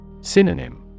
Synonym